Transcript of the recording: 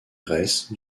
grèce